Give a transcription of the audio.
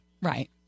Right